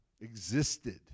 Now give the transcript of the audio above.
existed